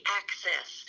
access